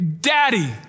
daddy